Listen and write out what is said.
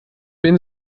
bin